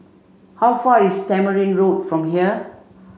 how far is Tamarind Road from here